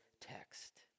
text